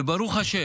וברוך השם,